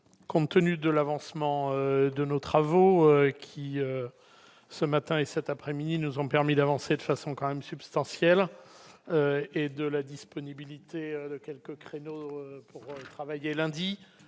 compte-tenu de l'avancement de nos travaux, qui ce matin et cet après-midi nous ont permis d'avancer de façon quand même substantiel et de la disponibilité quelques créneaux travailler lundi,